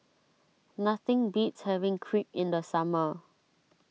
nothing beats having Crepe in the summer